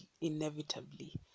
inevitably